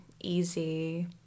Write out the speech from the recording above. easy